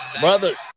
Brothers